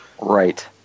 Right